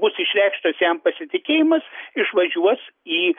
bus išreikštas jam pasitikėjimas išvažiuos į